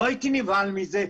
לא הייתי נבהל מזה.